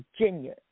Virginia